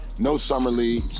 no summer league.